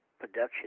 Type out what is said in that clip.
production